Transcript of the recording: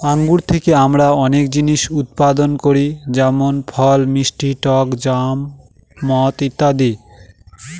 আঙ্গুর থেকে আমরা অনেক জিনিস উৎপাদন করি যেমন ফল, মিষ্টি টক জ্যাম, মদ ইত্যাদি